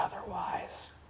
otherwise